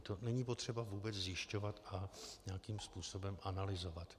To není potřeba vůbec zjišťovat a nějakým způsobem analyzovat.